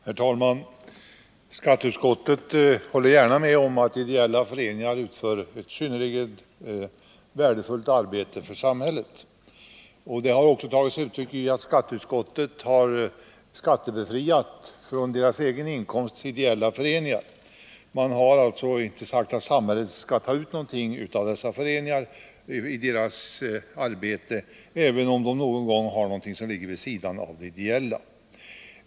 Herr talman! Skatteutskottet håller gärna med om att ideella föreningar utför ett synnerligen värdefullt arbete för samhället. Det har också tagit sig uttryck i att skatteutskottet har befriat ideella föreningar från skatt på deras egen inkomst. Utskottet har alltså sagt att samhället inte skall ta ut någon skatt av dessa föreningar i deras arbete, även om de någon gång skulle utföra arbete som ligger vid sidan av det ideella.